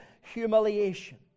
humiliation